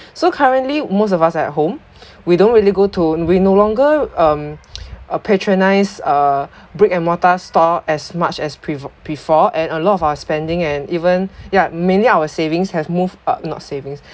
so currently most of us are at home we don't really go to we no longer um uh patronise uh brick and mortar store as much as prev~ before and a lot of our spending and even ya many our savings have moved a~ not savings